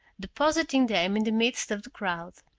depositing them in the midst of the crowd.